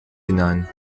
hinein